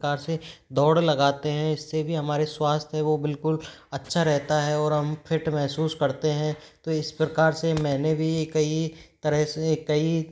एक प्रकार से दौड़ लगाते हैं इस से भी हमारे स्वास्थ है वो बिल्कुल अच्छा रहता है और हम फ़िट महसूस करते हैं तो इस प्रकार से मैंने भी कई तरह से कई